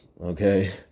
okay